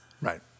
Right